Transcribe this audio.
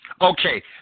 Okay